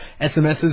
SMSs